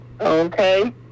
Okay